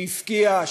שהפקיע,